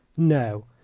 no,